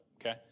okay